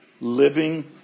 living